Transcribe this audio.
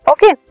Okay